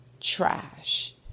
trash